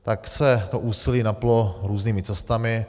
Tak se to úsilí napnulo různými cestami.